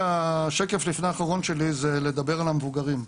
השקף לפני האחרון שלי זה לדבר על המבוגרים.